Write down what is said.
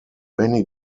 many